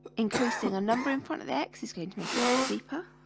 increasing a number in front of x is going to make it steeper